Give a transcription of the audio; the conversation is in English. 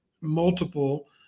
multiple